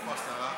איפה השרה?